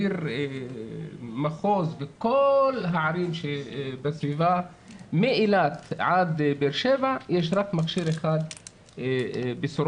עיר מחוז לכל הערים שבסביבה מאילת עד באר שבע יש רק מכשיר אחד בסורוקה,